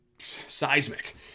seismic